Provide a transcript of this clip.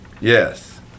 Yes